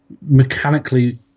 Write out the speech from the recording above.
mechanically